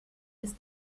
ist